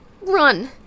run